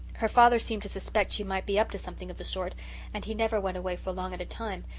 her father seemed to suspect she might be up to something of the sort and he never went away for long at a time,